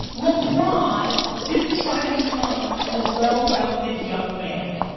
lebron didn't try to become ah well-rounded young man.